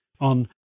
on